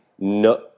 No